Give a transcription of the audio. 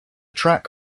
track